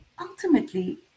Ultimately